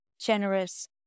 generous